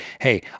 hey